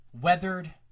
weathered